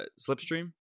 Slipstream